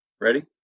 Ready